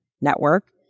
network